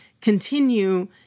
continue